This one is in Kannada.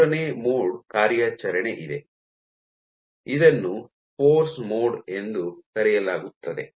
ಮೂರನೇ ಮೋಡ್ ಕಾರ್ಯಾಚರಣೆ ಇದೆ ಇದನ್ನು ಫೋರ್ಸ್ ಮೋಡ್ ಎಂದು ಕರೆಯಲಾಗುತ್ತದೆ